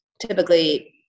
typically